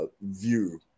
view